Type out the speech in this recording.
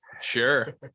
Sure